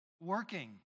working